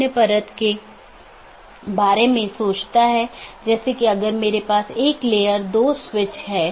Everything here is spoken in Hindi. अगला राउटर 3 फिर AS3 AS2 AS1 और फिर आपके पास राउटर R1 है